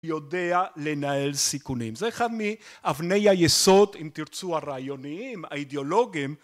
יודע לנהל סיכונים. זה אחד מאבני היסוד אם תרצו הרעיוניים האידיאולוגים